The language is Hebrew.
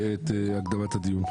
לפני הקריאה השנייה והשלישית.